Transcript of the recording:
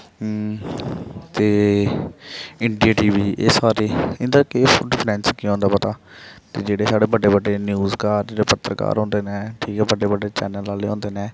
ते India TV एह् सारे इं'दा केह् डिफरैंस केह् होंदा पता ते जेह्ड़े साढ़े बड्डे बड्डे न्यूजकार जेह्ड़े पत्रकार होंदे न जियां बड्डे बड्डे चैनल आह्ले होंदे न